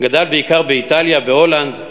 גדל בעיקר באיטליה, היה בהולנד,